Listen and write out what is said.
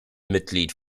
mitglied